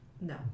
No